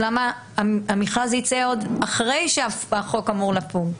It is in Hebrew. למה המכרז ייצא עוד אחרי שהחוק אמור לפוג?